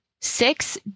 six